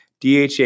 DHA